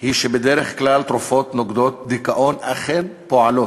היא שבדרך כלל תרופות נוגדות דיכאון אכן פועלות,